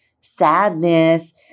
sadness